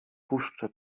puszczę